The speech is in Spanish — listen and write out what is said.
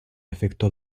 efecto